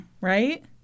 Right